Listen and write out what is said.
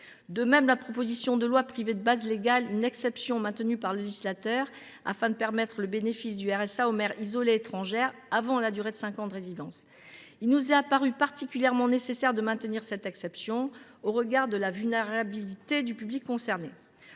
de la proposition de loi privait de base légale une exception maintenue par le législateur, afin de permettre le bénéfice du RSA aux mères isolées étrangères avant la durée de cinq ans de résidence. Il nous a paru nécessaire de maintenir cette exception, au regard de la vulnérabilité du public concerné.